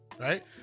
right